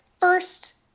first